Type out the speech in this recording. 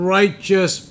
righteous